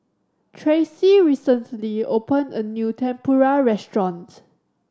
Tracey recently opened a new Tempura restaurant